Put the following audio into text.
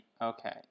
Okay